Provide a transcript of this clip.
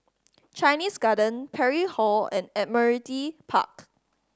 Chinese Garden Parry Hall and Admiralty Park